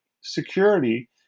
security –